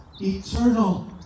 eternal